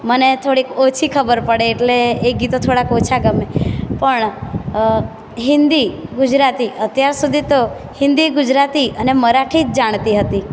મને થોડીક ઓછી ખબર પડે એટલે એ ગીતો થોડાંક ઓછાં ગમે પણ હિન્દી ગુજરાતી અત્યાર સુધી તો હિન્દી ગુજરાતી અને મરાઠી જ જાણતી હતી